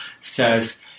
says